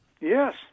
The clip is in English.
Yes